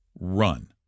run